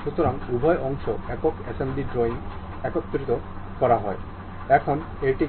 সুতরাং এটি